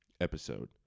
episode